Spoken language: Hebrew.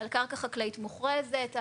על קרקע חקלאית מוכרזת,